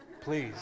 please